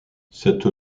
cette